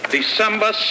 December